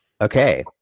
Okay